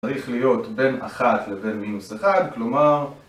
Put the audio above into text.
צריך להיות בין אחת לבין מינוס אחד, כלומר...